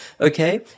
okay